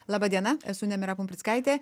laba diena esu nemira pumprickaitė